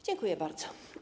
Dziękuję bardzo.